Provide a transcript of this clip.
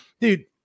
dude